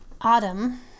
Autumn